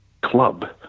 club